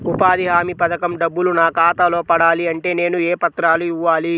ఉపాధి హామీ పథకం డబ్బులు నా ఖాతాలో పడాలి అంటే నేను ఏ పత్రాలు ఇవ్వాలి?